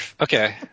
Okay